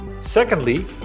Secondly